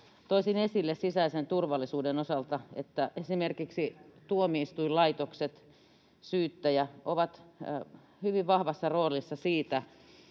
toisin esille sisäisen turvallisuuden osalta, että esimerkiksi tuomioistuinlaitokset, syyttäjä ovat hyvin vahvassa roolissa siinä,